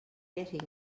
getting